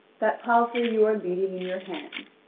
that palfrey you are leading in your hand.